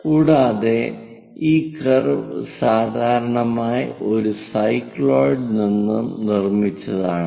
കൂടാതെ ഈ കർവ് സാധാരണയായി ഒരു സൈക്ലോയിഡ് നിന്നും നിർമ്മിച്ചതാണ്